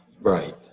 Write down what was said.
Right